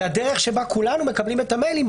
זו הדרך שבה כולנו מקבלים את המיילים,